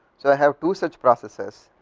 so i have two such processes